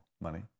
money